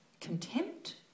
contempt